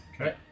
Okay